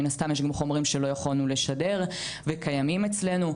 מן הסתם יש גם חומרים שלא יכולנו לשדר וקיימים אצלנו.